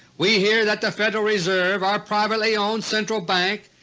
we hear that the federal reserve, our privately-owned central bank,